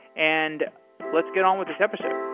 and let's get on with this episode.